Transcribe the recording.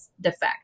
defect